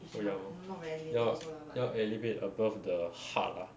so ya lor 要要 elevate above the heart lah